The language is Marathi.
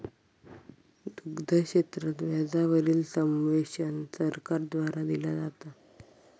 दुग्ध क्षेत्रात व्याजा वरील सब्वेंशन सरकार द्वारा दिला जाता